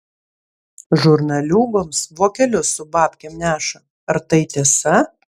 žurnaliūgoms vokelius su babkėm neša ar tai tiesa